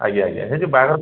ଆଜ୍ଞା ଆଜ୍ଞା ସେ ଯେ ବାହାଘର